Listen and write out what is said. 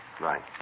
Right